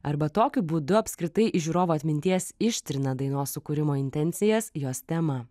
arba tokiu būdu apskritai iš žiūrovo atminties ištrina dainos sukūrimo intencijas jos temą